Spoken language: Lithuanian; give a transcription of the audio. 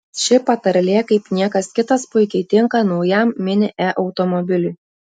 ši patarlė kaip niekas kitas puikiai tinka naujam mini e automobiliui